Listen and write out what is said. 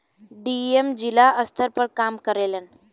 DM जिला स्तर पर काम करेलन